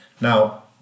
Now